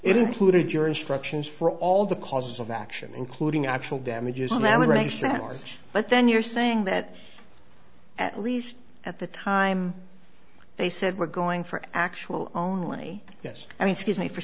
it included your instructions for all the causes of action including actual damages a man or a savage but then you're saying that at least at the time they said we're going for actual only yes i mean scuse me for